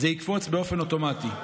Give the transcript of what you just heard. זה יקפוץ אוטומטית.